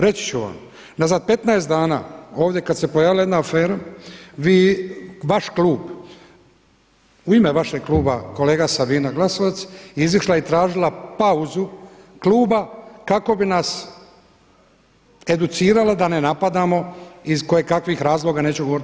Reći ću vam, unazad 15 dana ovdje kada se pojavila jedna afera, vaš klub, u ime vašeg kluba kolegica Sabina Glasovac izišla je i tražila pauzu kluba kako bi nas educirala da ne napadamo iz koje kakvih razloga, neću govoriti